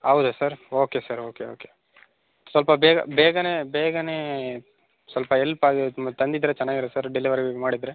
ಹೌದ sir okay sir okay okay ಸ್ವಲ್ಪ ಬೇಗ ಬೇಗ ಬೇಗ ಸ್ವಲ್ಪ ಎಲ್ಪ್ ಆಗಿತ್ತು ಮತ್ತೆ ತಂದಿದ್ದರೆ ಚೆನ್ನಾಗಿರತ್ ಸರ್ ಡೆಲಿವರಿ ಮಾಡಿದರೆ